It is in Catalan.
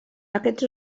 aquests